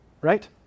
Right